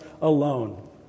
alone